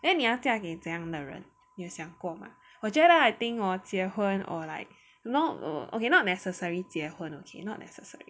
then 你要嫁给怎样的人有想过吗我觉得 I think hor 结婚 or like not oh okay not necessary 结婚 okay not necessary